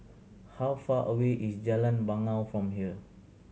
how far away is Jalan Bangau from here